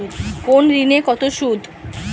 কোন ঋণে কত সুদ?